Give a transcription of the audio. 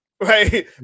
right